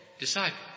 disciple